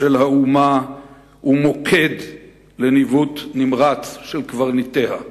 של האומה ומוקד לניווט נמרץ של קברניטיה.